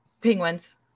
penguins